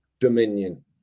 Dominion